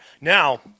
Now